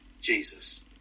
Jesus